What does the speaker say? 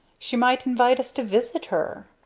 she might invite us to visit her.